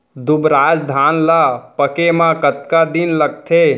दुबराज धान ला पके मा कतका दिन लगथे?